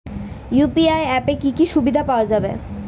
UPI অ্যাপে কি কি সুবিধা পাওয়া যাবে?